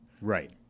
right